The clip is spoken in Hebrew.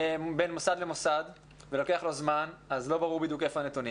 בין מוסד למוסד ולוקח לו זמן אז לא ברור בדיוק איפה הנתונים,